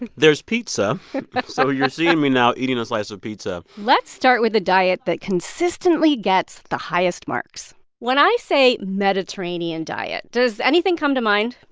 and there's pizza so you're seeing me now eating a slice of pizza let's start with a diet that consistently gets the highest marks when i say mediterranean diet, does anything come to mind?